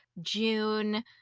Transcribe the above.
June